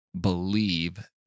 believe